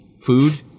food